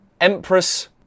Empress